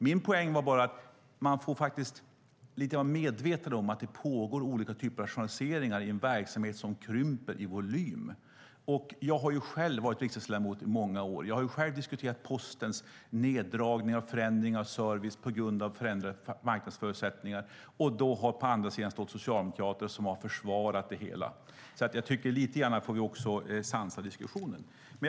Min poäng var bara att man får vara medveten om att det pågår olika typer av rationaliseringar i en verksamhet som krymper i volym. Jag har själv varit riksdagsledamot i många år, och jag har själv diskuterat Postens neddragningar och förändringar av service på grund av förändrade marknadsförutsättningar. Då har det på den andra sidan stått socialdemokrater som har försvarat det hela. Jag tycker alltså att vi får sansa diskussionen lite grann.